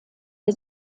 der